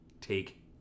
Take